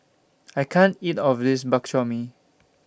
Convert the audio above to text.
I can't eat of This Bak Chor Mee